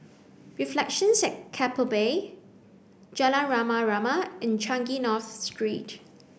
reflections at Keppel Bay Jalan Rama Rama and Changi North Street